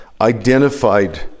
identified